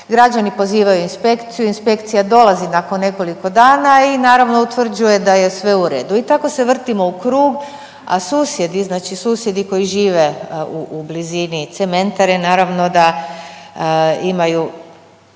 građani pozivaju inspekciju, inspekcija dolazi nakon nekoliko dana i naravno utvrđuje da je sve u redu. I tako se vrtimo u krug, a susjedi, znači susjedi koji žive u blizini cementare naravno da imaju